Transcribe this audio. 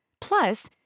Plus